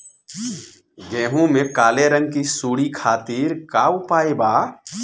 गेहूँ में काले रंग की सूड़ी खातिर का उपाय बा?